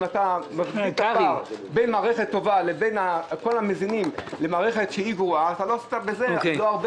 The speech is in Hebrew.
אחרת אתה מגדיל את הפער בין מערכת טובה לגרועה ולא הועלת הרבה,